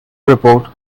report